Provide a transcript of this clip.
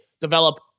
develop